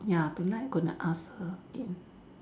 ya tonight I gonna ask her again